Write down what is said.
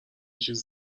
چیز